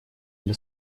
для